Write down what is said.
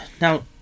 Now